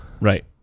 Right